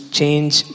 change